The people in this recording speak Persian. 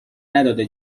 نداده